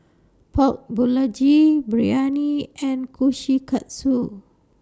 Pork Biryani and Kushikatsu